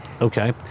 Okay